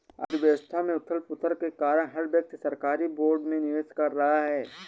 अर्थव्यवस्था में उथल पुथल के कारण हर व्यक्ति सरकारी बोर्ड में निवेश कर रहा है